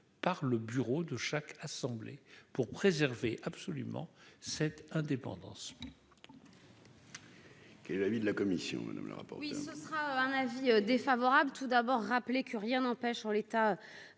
par le bureau de chaque assemblée pour préserver absolument cette indépendance.